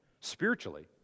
spiritually